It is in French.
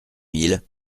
mille